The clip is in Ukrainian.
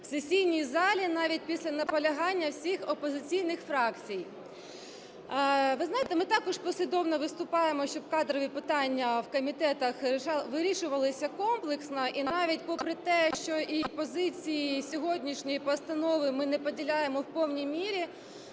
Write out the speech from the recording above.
в сесійній залі навіть після наполягання всіх опозиційних фракцій. Ви знаєте, ми також послідовно виступаємо, щоб кадрові питання в комітетах вирішувалися комплексно і навіть попри те, що і позиції, і сьогоднішньої постанови ми не поділяємо в повній мірі,